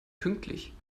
pünktlich